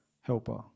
helper